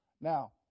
Now